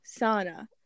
sauna